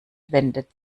wendet